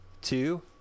two